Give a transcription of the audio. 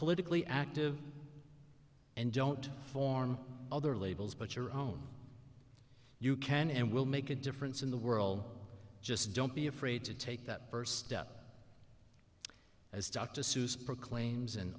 politically active and don't form other labels but your own you can and will make a difference in the world just don't be afraid to take that first step as dr seuss proclaims and